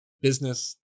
business